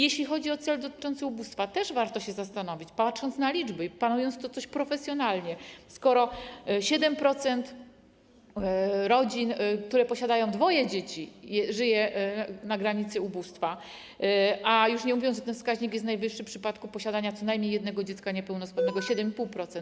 Jeśli chodzi o cel dotyczący ubóstwa, też warto się zastanowić, patrząc na liczby i planując tu coś profesjonalnie, skoro 7% rodzin, które posiadają dwoje dzieci, żyje na granicy ubóstwa, już nie mówiąc o tym, że ten wskaźnik jest najwyższy w przypadku posiadania co najmniej jednego dziecka niepełnosprawnego, 7,5%.